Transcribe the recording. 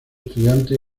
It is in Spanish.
estudiantes